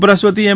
ઉપરાષ્ટ્રપતિ એમ